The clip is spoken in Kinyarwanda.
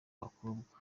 bakobwa